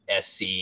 SC